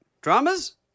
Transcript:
Dramas